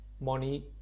Money